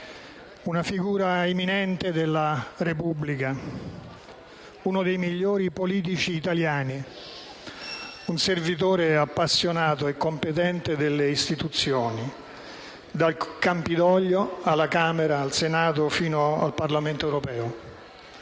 una figura eminente della Repubblica, uno dei migliori politici italiani, un servitore appassionato e competente delle istituzioni, dal Campidoglio alla Camera, al Senato, fino al Parlamento europeo.